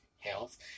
health